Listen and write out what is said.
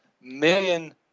million